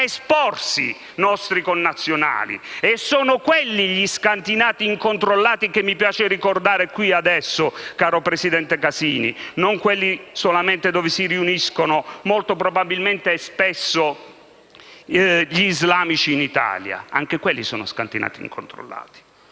porta nostri connazionali a esporsi. E sono quelli gli scantinati incontrollati che mi piace ricordare qui ora, caro presidente Casini, e non solo quelli dove si riuniscono, molto probabilmente spesso, gli islamici in Italia; anche quelli sono scantinati incontrollati.